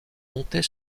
compter